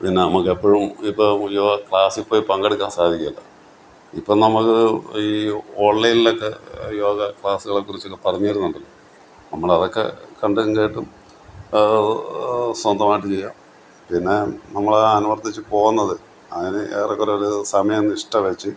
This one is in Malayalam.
പിന്നെ നമുക്ക് എപ്പോഴും ഇപ്പം യോഗ ക്ലാസ്സിൽ പോയി പങ്കെടുക്കാൻ സാധിക്കുകയില്ല ഇപ്പം നമുക്ക് ഈ ഓൺലൈനിലൊക്കെ യോഗ ക്ലാസ്സുകളെക്കുറിച്ചു പറഞ്ഞു തരുന്നുണ്ടല്ലോ നമ്മളതൊക്കെ കണ്ടും കേട്ടും സ്വന്തമായിട്ടു ചെയ്യാം പിന്നെ നമ്മൾ അനുവർത്തിച്ചു പോകുന്നത് അതിന് ഏറെക്കുറെ ഒരു സമയനിഷ്ട വെച്ച്